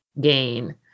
gain